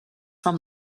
from